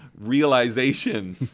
realization